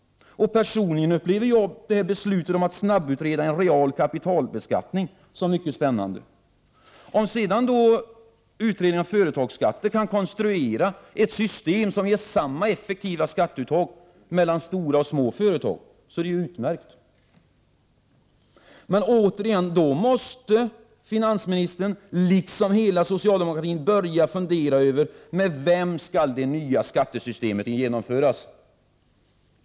Och personligen upplever jag beslutet om att snabbutreda en real kapitalbeskattning som mycket spännande. Om sedan utredningen om företagsskatter kan konstru 2 era ett system som ger samma effektiva skatteuttag för stora som för små företag, så är det utmärkt. Men återigen måste Kjell-Olof Feldt liksom hela socialdemokratin börja fundera över med vem det nya skattesystemet skall genomföras.